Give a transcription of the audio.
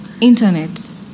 internet